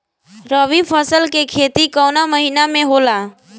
रवि फसल के खेती कवना महीना में होला?